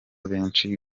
benshi